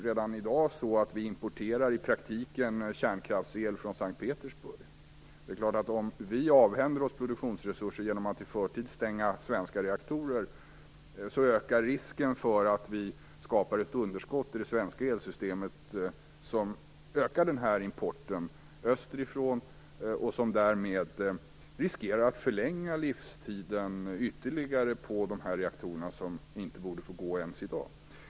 Redan i dag importerar vi i praktiken kärnkraftsel från S:t Petersburg. Om vi avhänder oss produktionsresurser genom att i förtid stänga svenska reaktorer är det klart att risken ökar att vi skapar ett underskott i det svenska elsystemet som ökar importen österifrån. Därmed riskerar vi att förlänga livstiden ytterligare för dessa reaktorer som inte borde få gå ens i dag.